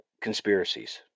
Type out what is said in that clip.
conspiracies